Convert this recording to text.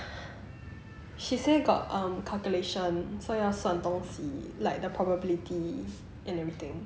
she say got um calculation so 要算东西 like the probabilities and everything